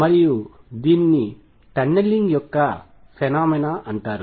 మరియు దీనిని టన్నెలింగ్ యొక్క ఫెనొమెనా అంటారు